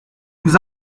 vous